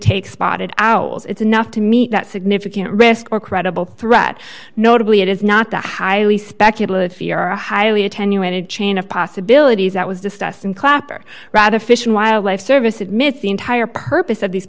take spotted owls it's enough to meet that significant risk or credible threat notably it is not the highly speculative fear a highly attenuated chain of possibilities that was discussed in clapper rather fish and wildlife service admits the entire purpose of these